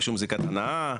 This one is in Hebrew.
רישום זיקת הנאה,